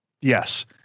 Yes